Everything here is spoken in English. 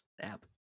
app